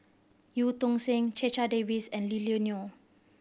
Eu Tong Sen Checha Davies and Lily Neo